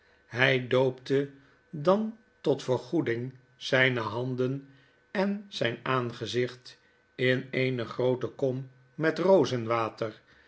hij doopte dan tot vergoeding zijne handen en zfln aangezicht in eene groote kommetrozenwater daarna in eene kom met